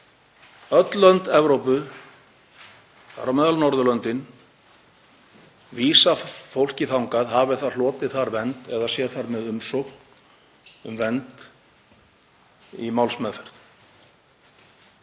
Öll lönd Evrópu, þar á meðal Norðurlöndin, vísa fólki þangað hafi það hlotið þar vernd eða er þar með umsókn um vernd í málsmeðferð.